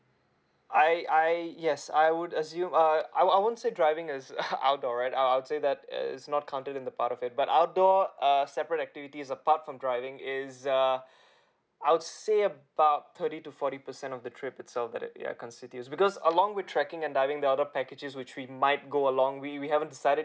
I I yes I would assume err I I won't say driving is outdoor right I I'd say that err it's not counted in the part of it but outdoor err separate activities apart from driving is uh I would say about thirty to forty percent of the trip itself that it ya consist it because along with trekking and diving the other packages which we might go along we we haven't decided